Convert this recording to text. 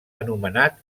anomenat